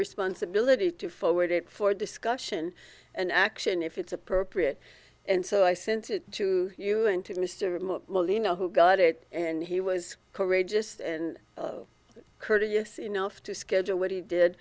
responsibility to forward it for discussion and action if it's appropriate and so i sent it to you and to mr moore molino who got it and he was courageous and courteous enough to schedule what he did